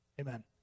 Amen